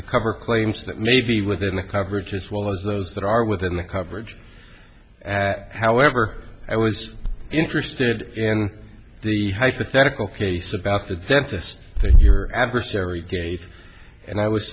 to cover claims that may be within the coverage as well as those that are within the coverage at however i was interested in the hypothetical case about the dentist take your adversary gaev and i was